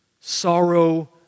sorrow